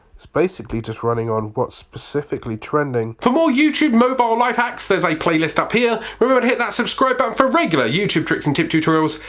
it's basically just running on what's specifically trending. for more youtube mobile life hacks, there's a playlist up here. remember to hit that subscribe button for regular youtube tricks and tip tutorials.